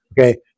Okay